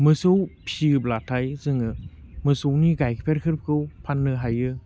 मोसौ फिसियोब्लाथाय जोङो मोसौनि गाइखेरफोरखौ फान्नो हायो